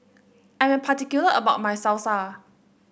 I am particular about my Salsa